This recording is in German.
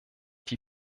die